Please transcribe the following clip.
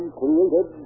created